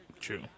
True